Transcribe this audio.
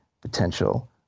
potential